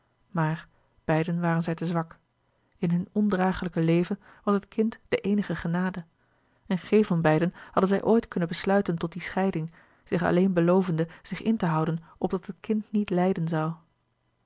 maar beiden waren zij te zwak in hun ondragelijke leven was het kind de eenige genade en geen van beiden hadden zij ooit kunnen besluiten tot die scheiding zich alleen belovende zich in te houden opdat het kind niet lijden zoû